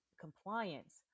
compliance